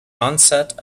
onset